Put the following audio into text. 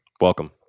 Welcome